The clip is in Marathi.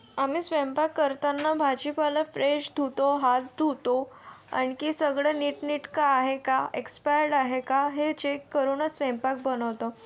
आम्ही स्वयंपाक करताना भाजीपाला फ्रेश धुतो हात धुतो आणखी सगळं नीटनेटकं आहे का एक्सपायर्ड आहे का हे चेक करूनच स्वयंपाक बनवतो